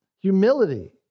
Humility